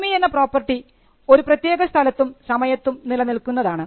ഭൂമി എന്ന പ്രോപ്പർട്ടി ഒരു പ്രത്യേക സ്ഥലത്തും സമയത്തും നിലനിൽക്കുന്നതാണ്